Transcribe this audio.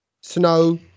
snow